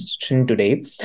today